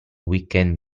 weekend